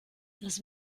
das